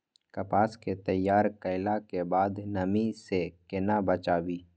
कपास के तैयार कैला कै बाद नमी से केना बचाबी?